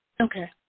Okay